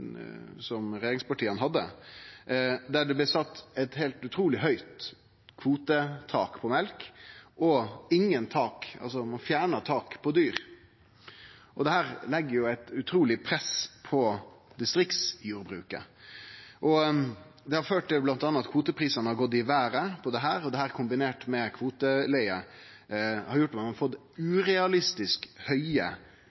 som regjeringspartia hadde, der det blei sett eit heilt utruleg høgt kvotetak på mjølk, og ikkje noko tak – altså ein fjerna taket – på dyr. Dette legg eit utruleg press på distriktsjordbruket, og det har bl.a. ført til at kvoteprisane har gått i vêret. Dette kombinert med kvoteleige har gjort at ein har fått